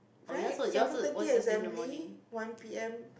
right seven thirty assembly one P_M